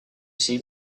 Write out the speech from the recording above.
see